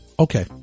Okay